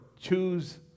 choose